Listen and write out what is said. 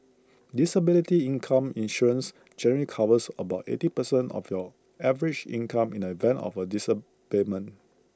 disability income insurance generally covers about eighty percent of your average income in the event of A disablement